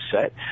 set